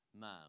Ma'am